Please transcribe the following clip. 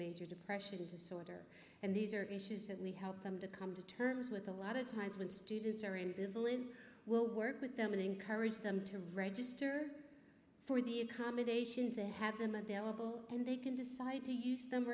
major depression disorder and these are issues that we help them to come to terms with a lot of times when students are in we'll work with them and encourage them to register for the accommodation to have them available and they can decide to use them